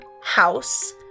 house